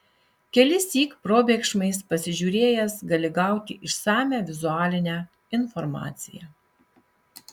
kelissyk probėgšmais pasižiūrėjęs gali gauti išsamią vizualinę informaciją